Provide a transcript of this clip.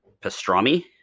pastrami